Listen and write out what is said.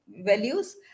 values